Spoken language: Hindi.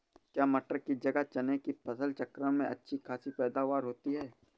क्या मटर की जगह चने की फसल चक्रण में अच्छी खासी पैदावार होती है?